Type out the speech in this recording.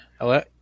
Hello